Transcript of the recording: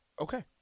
Okay